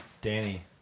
Danny